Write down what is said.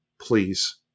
please